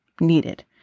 needed